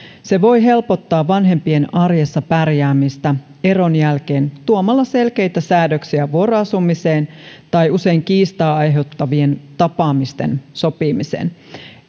se voi helpottaa vanhempien arjessa pärjäämistä eron jälkeen tuomalla selkeitä säädöksiä vuoroasumiseen tai usein kiistaa aiheuttavaan tapaamisten sopimiseen